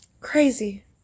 Crazy